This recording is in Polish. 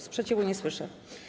Sprzeciwu nie słyszę.